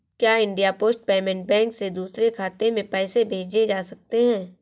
क्या India post payment bank से दूसरे खाते में पैसे भेजे जा सकते हैं?